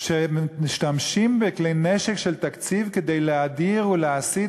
שמשתמשים בכלי נשק של תקציב כדי להדיר ולהסית